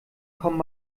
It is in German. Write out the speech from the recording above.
kommen